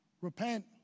Repent